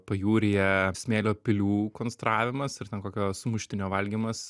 pajūryje smėlio pilių konstravimas ir ten kokio sumuštinio valgymas